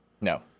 No